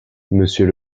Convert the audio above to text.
monsieur